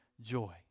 joy